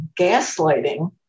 gaslighting